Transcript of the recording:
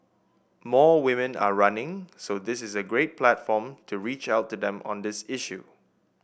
more women are running so this is a great platform to reach out to them on this issue